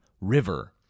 river